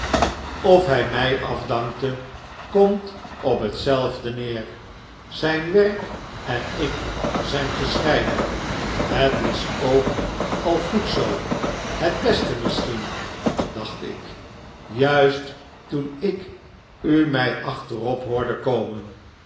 of hij mij afdankte komt op hetzelfde neer zijn werk en ik zijn gescheiden het is ook al goed zoo het beste misschien dacht ik juist toen ik u mij achterop hoorde komen